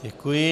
Děkuji.